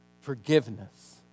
Forgiveness